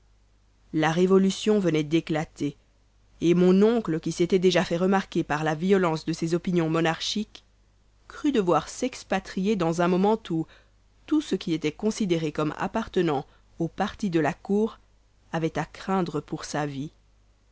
la révolution venait d'éclater et mon oncle qui s'était déjà fait remarquer par la violence de ses opinions monarchiques crut devoir s'expatrier dans un moment où tout ce qui était considéré comme appartenant au parti de la cour avait à craindre pour sa vie